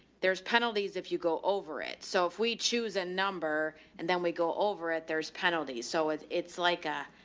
there's penalties if you go over it. so if we choose a number and then we go over it, there's penalties. so it's it's like a,